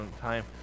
time